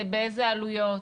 באיזה עלויות?